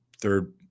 third